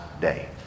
day